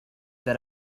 that